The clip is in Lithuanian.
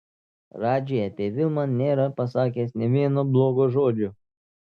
radži apie vilmą nėra pasakęs nė vieno blogo žodžio